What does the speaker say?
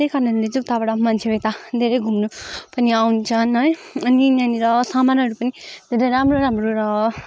त्यही कारणले चाहिँ उताबाट मान्छेहरू यता धेरै घुम्नु पनि आउँछन् है अनि यहाँनिर सामानहरू पनि धेरै राम्रो राम्रो र